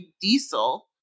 diesel